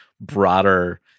broader